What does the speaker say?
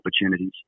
opportunities